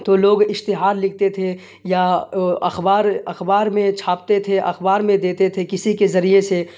تو لوگ اشتہار لکھتے تھے یا اخبار اخبار میں چھاپتے تھے اخبار میں دیتے تھے کسی کے ذریعے سے